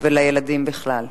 ולילדים בכלל.